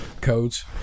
codes